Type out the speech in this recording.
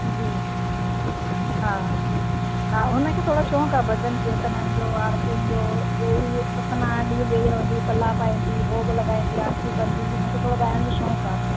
जी हा हा उनखे थोरो शौंक़ु आहे भॼन कीर्तननि जो आरतियुनि जो वेही इहो सतनारायण ॾींहुं वेही रहंदी पल्ला पाईंदी भोग लॻाईंदी आरतियूं कंदी हुनखे थोरो गाइण जो शौंक़ु आहे